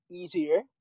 easier